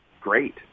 great